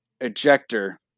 ejector